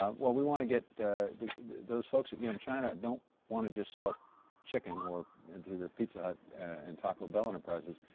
um well, we want to get, those folks at yum china don't want to just sell chicken or and through their pizza hut and taco bell enterprises,